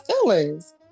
feelings